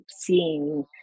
seeing